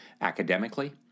academically